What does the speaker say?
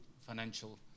financial